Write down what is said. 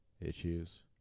issues